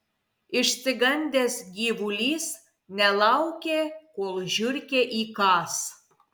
išsigandęs gyvulys nelaukė kol žiurkė įkąs